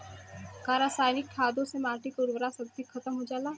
का रसायनिक खादों से माटी क उर्वरा शक्ति खतम हो जाला?